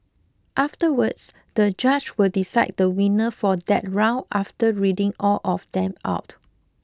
afterwards the judge will decide the winner for that round after reading all of them out